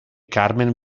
carmen